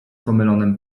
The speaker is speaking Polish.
pomylonym